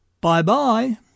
Bye-bye